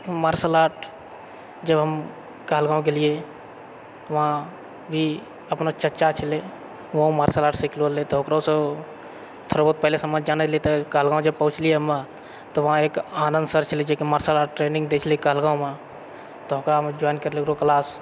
martial art जब हम कालगाँव गेलियै वहाँ भी अपना चच्चा छलै ओहो मार्शल आर्ट सिखलो रहलै तऽ ओकरोसँ थोड़ा बहुत पहिलेसँ जानैत रहियै तऽ कालगाँव जे पहुँचलियै हम तऽ वहाँ एक आनन्द सर छलै जेकी मार्शल आर्ट ट्रेनिंग दै छलै कालगाँवमे तऽ ओकरामे ज्वाइन करलियै ओकरो क्लास